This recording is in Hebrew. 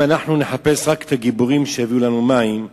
אם אנחנו נחפש רק את הגיבורים שיביאו לנו מים,